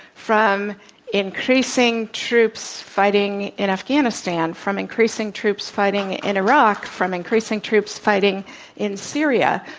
from increasing troops fighting in afghanistan, from increasing troops fighting in iraq from increasing troops fighting in syria,